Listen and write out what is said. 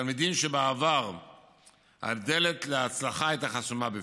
תלמידים שבעבר הדלת להצלחה הייתה חסומה בפניהם.